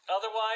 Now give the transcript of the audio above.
Otherwise